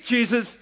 Jesus